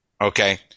okay